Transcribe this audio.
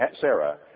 Sarah